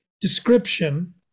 description